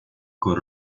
con